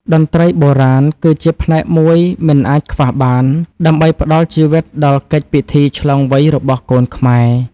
តន្ត្រីបុរាណគឺជាផ្នែកមួយមិនអាចខ្វះបាន ដើម្បីផ្ដល់ជីវិតដល់កិច្ចពិធីឆ្លងវ័យរបស់កូនខ្មែរ។